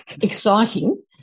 exciting